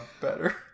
better